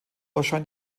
erscheint